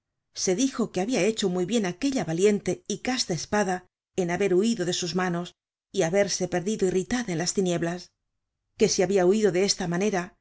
se dijo que habia hecho muy bien aquella valiente y casta espada en haber huido de sus manos y haberse perdido irritada en las tinieblas que si habia huido de esta manera